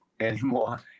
anymore